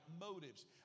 motives